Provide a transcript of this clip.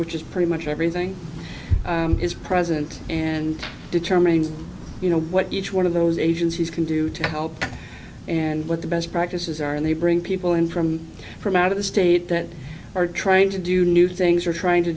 which is pretty much everything is present and determining you know what each one of those agencies can do to help and what the best practices are and they bring people in from from out of the state that are trying to do new things are trying to